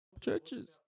churches